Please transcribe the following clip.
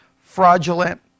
fraudulent